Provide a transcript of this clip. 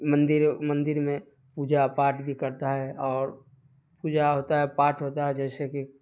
مندر مندر میں پوجا پاٹھ بھی کرتا ہے اور پوجا ہوتا ہے پاٹھ ہوتا ہے جیسے کہ